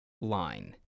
line